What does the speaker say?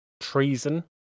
treason